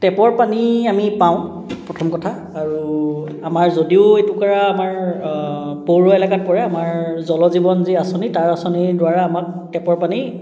টেপৰ পানী আমি পাওঁ প্ৰথম কথা আৰু আমাৰ যদিও এইটোৰ পৰা আমাৰ পৌৰ এলেকাত পৰে আমাৰ জল জীৱন যি আঁচনি তাৰ আঁচনিৰ দ্বাৰা আমাক টেপৰ পানী